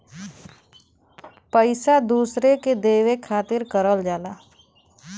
पइसा दूसरे के देवे खातिर करल जाला